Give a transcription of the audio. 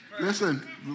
Listen